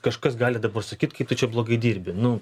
kažkas gali dabar sakyt kai tu čia blogai dirbi nu